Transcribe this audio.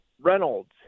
Reynolds